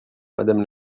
madame